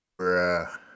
bruh